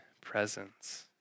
presence